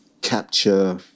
capture